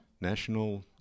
National